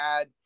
add